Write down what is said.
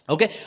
Okay